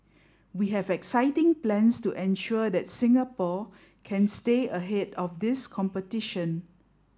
we have exciting plans to ensure that Singapore can stay ahead of this competition